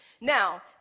Now